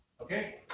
Okay